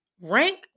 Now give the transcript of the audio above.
Rank